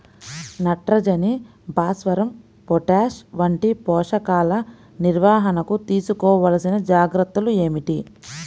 నత్రజని, భాస్వరం, పొటాష్ వంటి పోషకాల నిర్వహణకు తీసుకోవలసిన జాగ్రత్తలు ఏమిటీ?